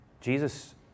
Jesus